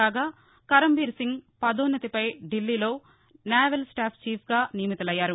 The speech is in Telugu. కాగా కరంబీర్ సింగ్ పదోన్నతిపై ఢిల్లీలో నేవల్ స్టాఫ్ చీఫ్ గా నియమితులయ్యారు